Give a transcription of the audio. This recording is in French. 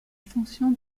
fonction